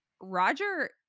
roger